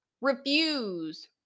refuse